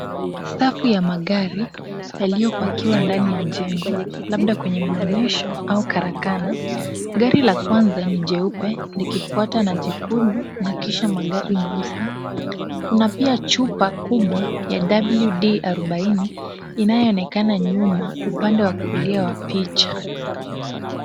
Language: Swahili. Safu ya magari yaliyopakiwa ndani ya jengo, labda kwenye maonyesho au karakana. Gari la kwanza ni jeupe, likifUata na jekundu na kisha magari meusi. Kuna pia chupa kubwa ya WD40, inayoonekana nyuma upande wa kulia wa picha.